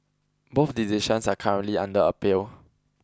both decisions are currently under appeal